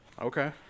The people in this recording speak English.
Okay